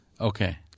Okay